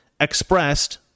expressed